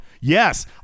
Yes